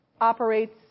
operates